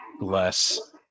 less